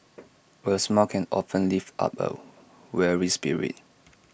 A smile can often lift up A weary spirit